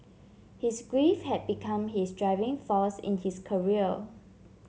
his grief had become his driving force in his career